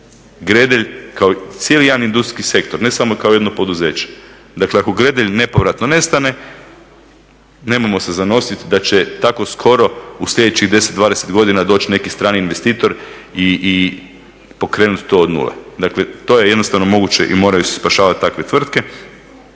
Gredelj kao cijeli jedan industrijski sektor ne samo kao jedno poduzeće. Dakle ako Gredelj nepovratno nestane nemojmo se zanositi da će tako skoro u sljedećih 10, 20 godina doći neki strani investitor i pokrenuti to od nule. Dakle to je jednostavno moguće i moraju se spašavati takve tvrtke.